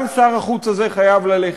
גם שר החוץ הזה חייב ללכת.